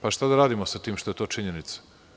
Pa, šta da radimo sa tim što je to činjenica?